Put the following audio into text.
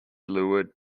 lured